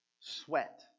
sweat